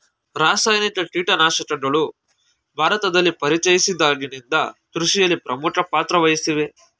ರಾಸಾಯನಿಕ ಕೀಟನಾಶಕಗಳು ಭಾರತದಲ್ಲಿ ಪರಿಚಯಿಸಿದಾಗಿನಿಂದ ಕೃಷಿಯಲ್ಲಿ ಪ್ರಮುಖ ಪಾತ್ರ ವಹಿಸಿವೆ